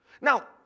Now